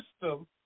system